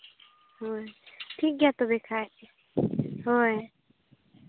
ᱦᱳᱭ ᱴᱷᱤᱠ ᱜᱮᱭᱟ ᱛᱚᱵᱮ ᱠᱷᱟᱱ ᱦᱳᱭ